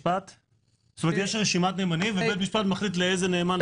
יש רשימת נאמנים, ובית משפט מחליט לאיזה נאמן?